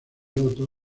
loto